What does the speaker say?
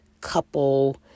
couple